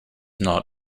not